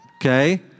Okay